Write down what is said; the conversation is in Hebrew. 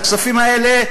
את הכספים האלה,